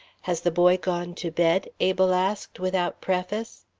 has the boy gone to bed? abel asked without preface.